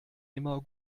immer